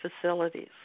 facilities